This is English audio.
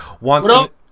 wants